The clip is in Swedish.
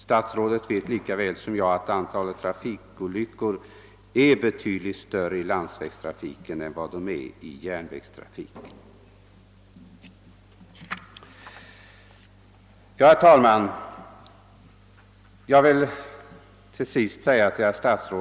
Statsrådet vet lika väl som jag att antalet olyckor är betydligt större i landsvägstrafiken än i järnvägstrafikon Herr talman!